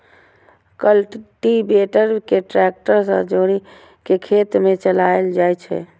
cultivator कें tractor सं जोड़ि कें खेत मे चलाएल जाइ छै